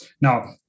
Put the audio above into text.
Now